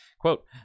quote